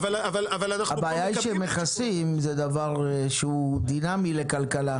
אבל אנחנו פה --- הבעיה היא שמכסים זה דבר שהוא דינמי לכלכלה,